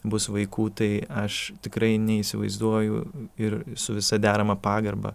bus vaikų tai aš tikrai neįsivaizduoju ir su visa derama pagarba